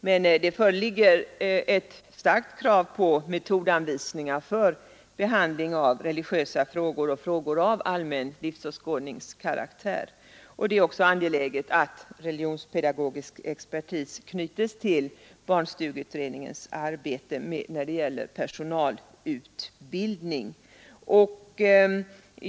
Men det föreligger ett starkt krav på metodanvisningar för behandling av religiösa frågor och frågor av allmän livsåskådningskaraktär. Det är också angeläget att religionspedagogisk expertis knytes till barnstugeutredningens arbete när det gäller personalutbildning.